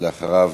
אחריו,